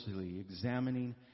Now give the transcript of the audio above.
examining